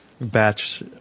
batch